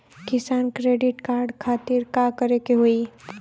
किसान credit card खातिर का करे के होई?